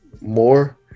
More